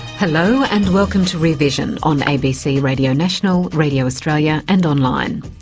hello and welcome to rear vision on abc radio national, radio australia and online.